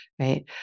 right